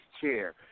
chair